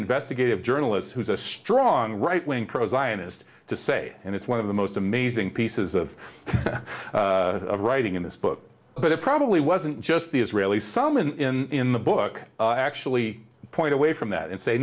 investigative journalists who's a strong right wing procyon is to say and it's one of the most amazing pieces of writing in this book but it probably wasn't just the israeli side in in the book actually point away from that and say